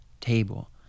table